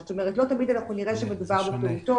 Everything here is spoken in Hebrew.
זאת אומרת, לא תמיד אנחנו נראה שמדובר בפעוטון.